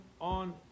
on